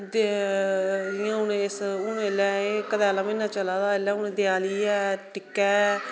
जियां हुन इस हुन एल्लै एह् कतालै म्हीना चला दा एल्लै हुन देयाली ऐ टिक्का ऐ